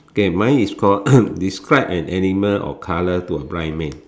okay mine is called describe an animal or colour to a blind man